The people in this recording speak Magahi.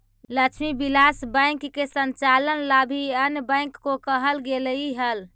लक्ष्मी विलास बैंक के संचालन ला भी अन्य बैंक को कहल गेलइ हल